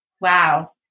Wow